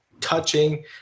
touching